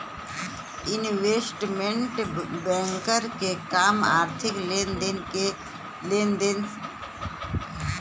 investment banker क काम आर्थिक लेन देन से जुड़ल रिकॉर्ड पर काम करना होला